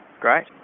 Great